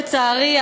לצערי,